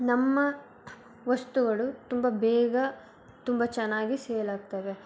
ನಮ್ಮ ವಸ್ತುಗಳು ತುಂಬ ಬೇಗ ತುಂಬ ಚೆನ್ನಾಗಿ ಸೇಲ್ ಆಗ್ತವೆ